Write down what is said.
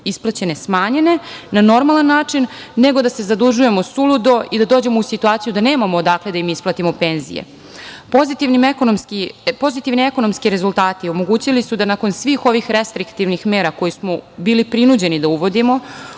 isplaćene smanjene na normalan način nego da se zadužujemo suludo i da dođemo u situaciju da nemamo odakle da im isplatimo penzije. Pozitivni ekonomski rezultati omogućili su da nakon svih ovih restriktivnih mera koje smo bili prinuđeni da uvodimo